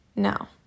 Now